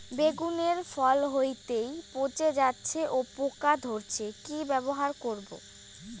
বেগুনের ফল হতেই পচে যাচ্ছে ও পোকা ধরছে কি ব্যবহার করব?